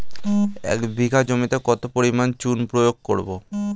এক বিঘা জমিতে কত পরিমাণ চুন প্রয়োগ করব?